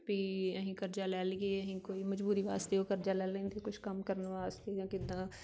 ਵੀ ਅਸੀਂ ਕਰਜ਼ਾ ਲੈ ਲਈਏ ਅਸੀਂ ਕੋਈ ਮਜ਼ਬੂਰੀ ਵਾਸਤੇ ਉਹ ਕਰਜ਼ਾ ਲੈ ਲੈਂਦੇ ਕੁਛ ਕੰਮ ਕਰਨ ਵਾਸਤੇ ਜਾਂ ਕਿੱਦਾਂ